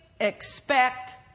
expect